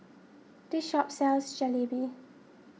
this shop sells Jalebi